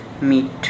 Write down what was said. meet